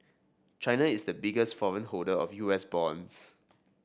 china is the biggest foreign holder of U S bonds